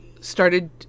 started